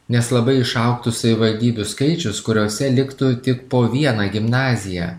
nes labai išaugtų savivaldybių skaičius kuriose liktų tik po vieną gimnaziją